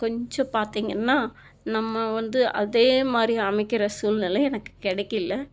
கொஞ்சம் பார்த்தீங்கன்னா நம்ம வந்து அதே மாதிரி அமைக்கிற சூழ்நிலை எனக்கு கிடைக்கல